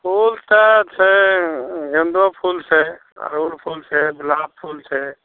फूल तऽ छै गेन्दो फूल छै अड़हुल फूल छै गुलाब फूल छै